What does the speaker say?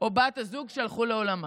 או בת הזוג שהלכו לעולמם,